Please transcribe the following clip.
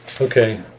Okay